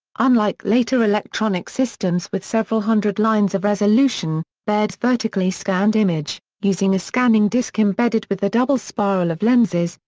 unlike later electronic systems with several hundred lines of resolution, baird's vertically scanned image, using a scanning disk embedded with a double spiral of lenses,